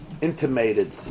intimated